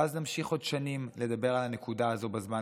ואז נמשיך עוד שנים לדבר על הנקודה הזו בזמן,